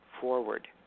forward